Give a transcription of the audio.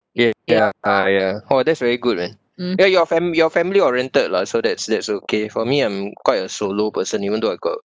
ya ya ya oh that's very good man ya you're fam~ you're family oriented [what] so that's that's okay for me I'm quite a solo person even though I got